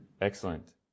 excellent